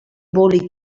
boli